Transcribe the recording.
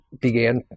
began